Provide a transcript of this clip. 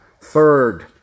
third